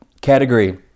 category